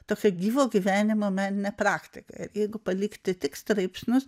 tokia gyvo gyvenimo menine praktika jeigu palikti tik straipsnius